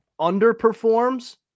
underperforms